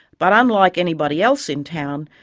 but unlike anybody else in town,